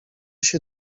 się